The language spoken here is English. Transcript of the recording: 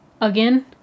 Again